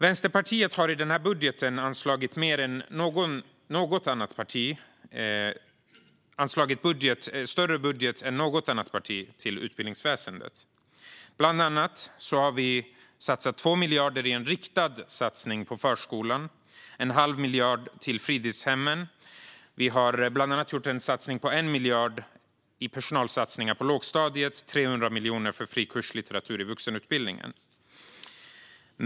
Vänsterpartiet har i sitt budgetförslag anslagit en större budget till utbildningsväsendet än något annat parti. Bland annat har vi satsat 2 miljarder i en riktad satsning på förskolan och en halv miljard till fritidshemmen. Vi har bland annat gjort en satsning på 1 miljard i personalsatsningar på lågstadiet och 300 miljoner för fri kurslitteratur i vuxenutbildningen.